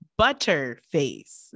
Butterface